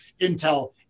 intel